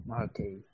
Okay